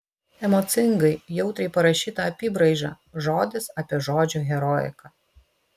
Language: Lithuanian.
emocingai jautriai parašyta apybraiža žodis apie žodžio heroiką